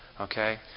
Okay